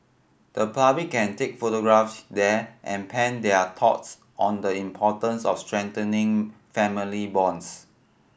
the public can take photographs there and pen their thoughts on the importance of strengthening family bonds